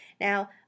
now